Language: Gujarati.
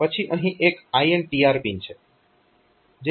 પછી અહીં એક INTR પિન છે